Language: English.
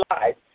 lives